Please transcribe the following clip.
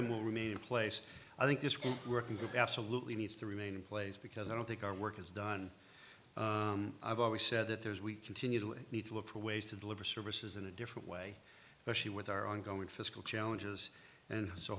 them will remain in place i think this working group absolutely needs to remain in place because i don't think our work is done i've always said that there's we continue to need to look for ways to deliver services in a different way but she with our ongoing fiscal challenges and so